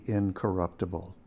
incorruptible